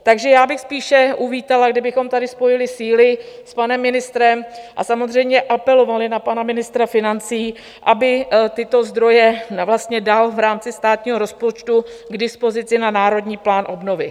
Takže já bych spíše uvítala, kdybychom tady spojili síly s panem ministrem a samozřejmě apelovali na pana ministra financí, aby tyto zdroje vlastně dal v rámci státního rozpočtu k dispozici na Národní plán obnovy.